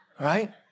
Right